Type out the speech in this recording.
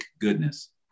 goodness